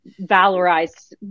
valorized